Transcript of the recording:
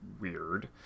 weird